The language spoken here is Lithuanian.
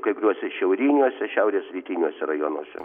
kai kuriuose šiauriniuose šiaurės rytiniuose rajonuose